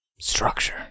Structure